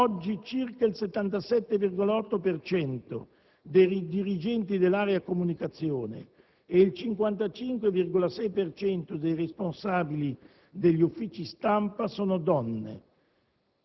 Oggi, circa il 77,8 per cento dei dirigenti dell'area comunicazione e il 55,6 per cento dei responsabili degli uffici stampa sono donne,